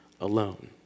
alone